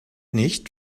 nicht